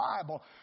Bible